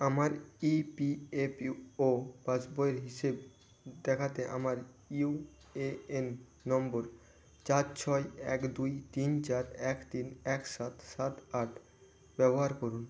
আমার E P F O পাসবইয়ের হিসেব দেখাতে আমার ইউ এ এন নম্বর চার ছয় এক দুই তিন চার এক তিন এক সাত সাত আট ব্যবহার করুন